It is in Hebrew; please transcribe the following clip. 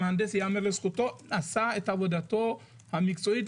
המהנדס, ייאמר לזכותו, עשה את עבודתו המקצועית.